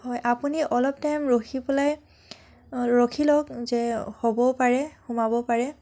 হয় আপুনি অলপ টাইম ৰখি পেলাই ৰখি লওক যে হ'বও পাৰে সোমাব পাৰে